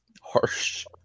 Harsh